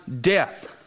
death